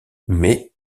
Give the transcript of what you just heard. mais